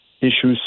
issues